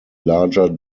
larger